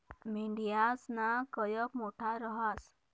मेंढयासना कयप मोठा रहास